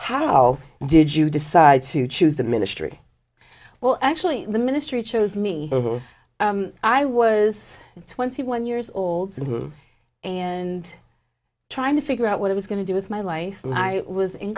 how did you decide to choose the ministry well actually the ministry chose me over i was twenty one years old and trying to figure out what i was going to do with my life and i was in